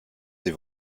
sie